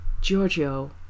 Giorgio